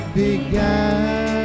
began